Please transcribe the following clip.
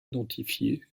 identifié